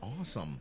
awesome